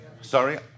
Sorry